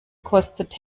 kostet